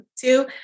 Two